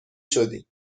شدین